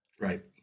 Right